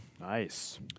Nice